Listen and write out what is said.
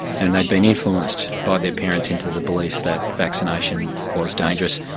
and they'd been influenced by their parents into the belief that vaccination was dangerous,